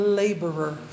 laborer